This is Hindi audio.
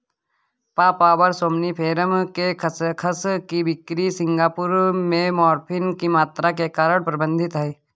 पापावर सोम्निफेरम के खसखस की बिक्री सिंगापुर में मॉर्फिन की मात्रा के कारण प्रतिबंधित है